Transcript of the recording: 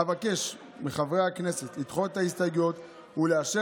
אבקש מחברי הכנסת לדחות את ההסתייגויות ולאשר